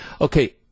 Okay